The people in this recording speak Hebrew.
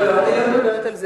לא, לא, אני לא מדברת על זה.